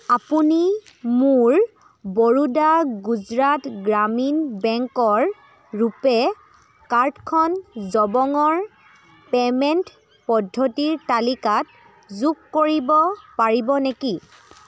আপুনি মোৰ বৰোডা গুজৰাট গ্ৰামীণ বেংকৰ ৰুপে' কাৰ্ডখন জবংৰ পে'মেণ্ট পদ্ধতিৰ তালিকাত যোগ কৰিব পাৰিব নেকি